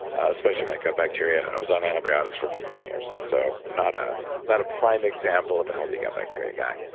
especially in my gut bacteria i was on antibiotics for fifteen years. so i'm not ah not a prime example of a healthy gut bacteria guy.